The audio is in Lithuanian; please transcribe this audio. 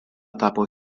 tapo